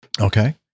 Okay